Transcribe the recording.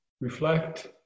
reflect